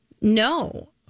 no